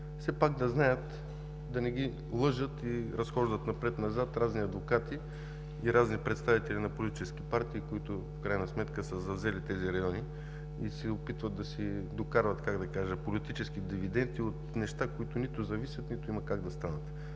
все пак да знаят – да не ги лъжат и разхождат напред-назад разни адвокати и разни представители на политически партии, които в крайна сметка са завзели тези райони и се опитват да си докарват политически дивиденти от неща, от които нито зависят, нито има как да станат.